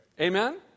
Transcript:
Amen